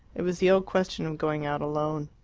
it was the old question of going out alone.